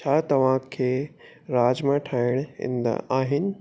छा तव्हां खे राजमा ठाहिण ईंदा आहिनि